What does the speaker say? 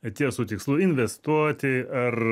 atėjo su tikslu investuoti ar